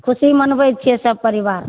खुसी मनबै छियै सब परिवार